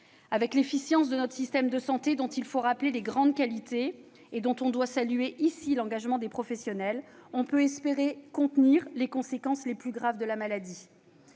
à l'efficience de notre système de santé, dont il faut saluer les grandes qualités, à commencer par l'engagement de ses professionnels, on peut aussi espérer contenir les conséquences les plus graves de la maladie.